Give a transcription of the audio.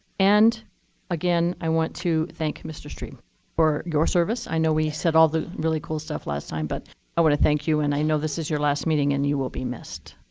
and again, i want to thank mr. strebe for your service. i know we said all the really cool stuff last time, but i want to thank you. and i know this is your last meeting, and you will be missed.